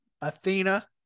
Athena